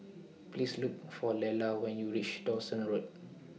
Please Look For Lela when YOU REACH Dawson Road